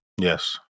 Yes